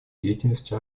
деятельности